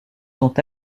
sont